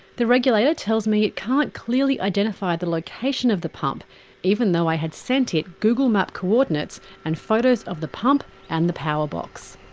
the regulator tells me it can't clearly identify the location of the pump even though i had sent it google map coordinates and photos of the pump and the power box.